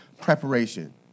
preparation